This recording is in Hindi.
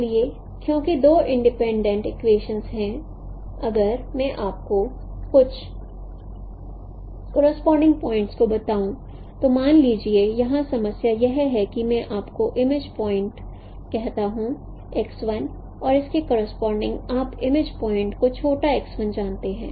इसलिए चूंकि दो इंडिपेंडेंट इक्वेशनस हैं अगर मैं आपको कुछ कोरोस्पोंडिंग पॉइंट्स को बताऊं तो मान लीजिए यहाँ समस्या यह है कि मैं आपको इमेज प्वाइंट कहता हूं और इसके करोसपोंडिंग आप इमेज प्वाइंट को छोटा जानते हैं